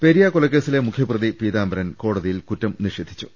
പെരിയ കൊലക്കേസിലെ മുഖ്യപ്രതി പീതാംബരൻ കോടതി യിൽ കുറ്റം നിഷേധിച്ചു